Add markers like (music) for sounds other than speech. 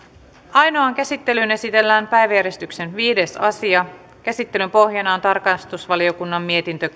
ainoaan käsittelyyn esitellään päiväjärjestyksen viides asia käsittelyn pohjana on tarkastusvaliokunnan mietintö (unintelligible)